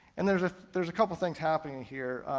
and there's ah there's a couple things happening here.